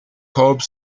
hope